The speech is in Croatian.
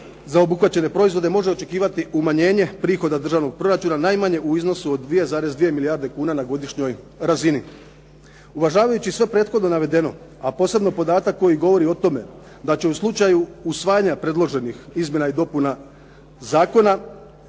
za obuhvaćene proizvode, može očekivati umanjenje prihoda državnog proračuna, najmanje u iznosu od 2,2 milijarde kuna na godišnjoj razini. Uvažavajući sve prethodno navedeno, a posebno podatak koji govori o tome da će u slučaju usvajanja predloženih izmjena i dopuna zakona